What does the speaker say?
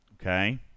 Okay